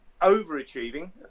overachieving